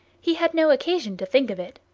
he had no occasion to think of it.